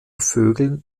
vögeln